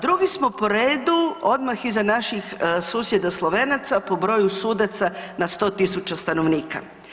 Drugi smo po redu, odmah iza naših susjeda Slovenaca po broju sudaca na 100 tisuća stanovnika.